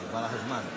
נגמר לך הזמן.